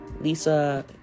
Lisa